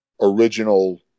original